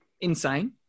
insane